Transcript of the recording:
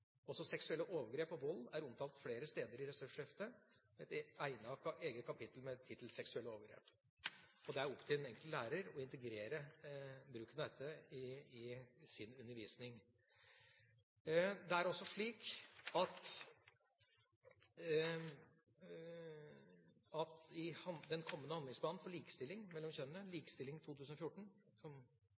Også seksuelle overgrep og vold er omtalt flere steder i ressursheftet, og et eget kapittel har tittelen «Seksuelle overgrep». Det er opp til den enkelte lærer å integrere bruken av dette i sin undervisning. Det er også slik at det i forbindelse med handlingsplanen for likestilling mellom kjønnene, Likestilling 2014,